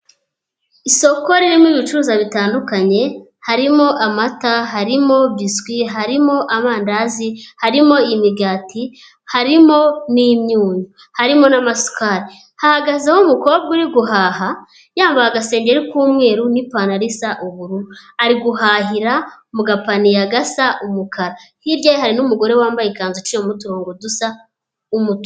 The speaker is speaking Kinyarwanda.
Isoko ririmo ibicuruzwa bitandukanye, harimo amata, harimo biswi, harimo amandazi, harimo imigati, harimo n'imyunyu, harimo n'amasukari. Hahagazemo umukobwa uri guhaha yambaye agasengeri k'umweru n'ipantaro isa ubururu, ari guhahira mu gapaniye gasa umukara, hirya ye hari n'umugore wambaye ikanzu iciyemo uturongo dusa umutuku.